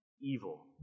evil